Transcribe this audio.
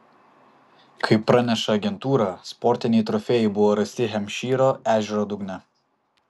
kaip praneša agentūra sportiniai trofėjai buvo rasti hempšyro ežero dugne